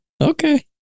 Okay